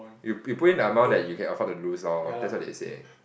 you you put in the amount that you can afford lose lor that's what they say